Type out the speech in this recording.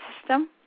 system